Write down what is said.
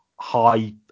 high